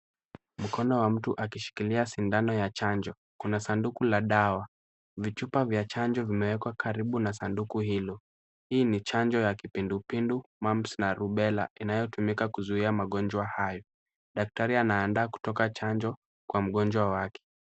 Mkono wa mtu akishikilia sindano ya chanjo. Kuna sanduku la dawa. Vichupa vya chanjo vimewekwa karibu na sanduku hilo. Hii ni chanjo ya kipindupindu, mumps na rubella inayotumika kuzuia magonjwa hayo. Daktari anaandaa kutoka chanjo, kwa mgonjwa wake.